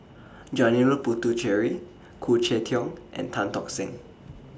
Janil Puthucheary Khoo Cheng Tiong and Tan Tock Seng